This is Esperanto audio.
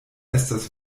estas